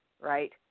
right